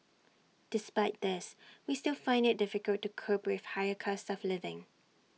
despite this we still find IT difficult to cope with the higher cost of living